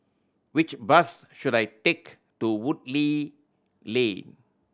which bus should I take to Woodleigh Lane